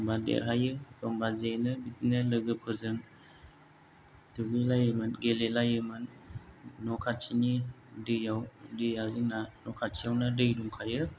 एखनबा देरहायो एखनबा जेनो बिदिनो लोगोफोरजों दुगैलायोमोन गेलेलायोमोन न' खाथिनि दैयाव दैया जोंना न' खाथियावनो दै दंखायो